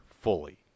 Fully